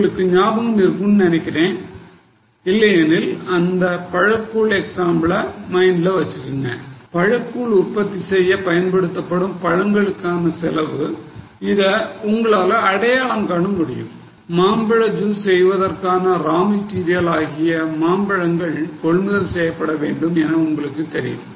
உங்களுக்கு ஞாபகம் இருக்கும்ன்னு நினைக்கறேன் இல்லையெனில் அந்த பழக்கூழ் எக்ஸாம்ள மைண்ட்ல வெச்சுக்குங்க பழக்கூழ் உற்பத்தி செய்ய பயன்படுத்தப்படும் பழங்களுக்கான செலவு இத உங்களால அடையாளம் காணமுடியும் மாம்பழ ஜூஸ் செய்வதற்கான ரா மெட்டீரியல் ஆகிய மாம்பழங்கள் கொள்முதல் செய்யப்பட வேண்டும் என உங்களுக்கு தெரியும்